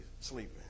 sleeping